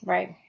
Right